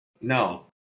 No